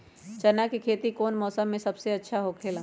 चाना के खेती कौन मौसम में सबसे अच्छा होखेला?